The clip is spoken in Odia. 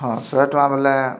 ହଁ ଶହେଟଙ୍କା ବୋଲେ